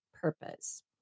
purpose